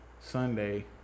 Sunday